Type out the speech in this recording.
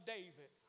David